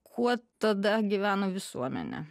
kuo tada gyveno visuomenė